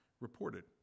reported